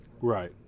Right